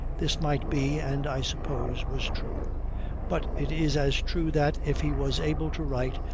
this might be, and i suppose was, true but it is as true that, if he was able to write,